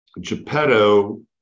Geppetto